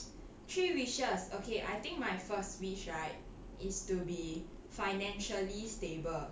three wishes okay I think my first wish right is to be financially stable